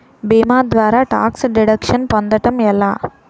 భీమా ద్వారా tax deduction పొందటం ఎలా?